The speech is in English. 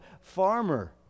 farmer